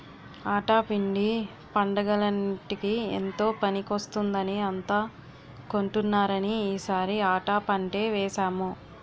ఆటా పిండి పండగలన్నిటికీ ఎంతో పనికొస్తుందని అంతా కొంటున్నారని ఈ సారి ఆటా పంటే వేసాము